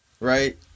right